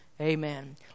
Amen